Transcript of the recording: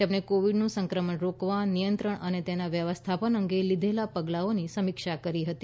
તેમણે કોવિડનું સંક્રમણ રોકવા નિયંત્રણ અને તેના વ્યવસ્થાપન અંગે લીધેલા પગલાંઓની સમીક્ષા કરી હતી